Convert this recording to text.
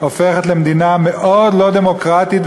הופכת למדינה מאוד לא דמוקרטית,